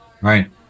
Right